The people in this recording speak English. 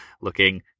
looking